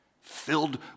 filled